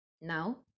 Now